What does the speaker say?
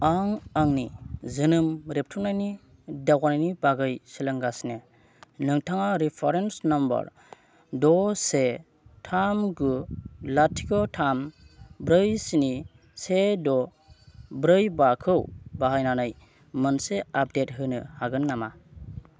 आं आंनि जोनोम रेबथुनायनि दावगानायनि बागै सोलोंगासिनो नोंथाङा रिफरेन्स नाम्बार द' से थाम गु लाथिख' थाम ब्रै स्नि से द' ब्रै बाखौ बाहायनानै मोनसे आपडेट होनो हागोन नामा